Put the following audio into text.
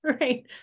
right